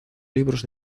libros